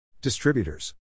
Distributors